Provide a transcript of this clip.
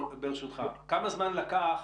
כמה זמן לקח,